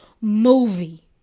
movie